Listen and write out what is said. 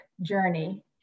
journey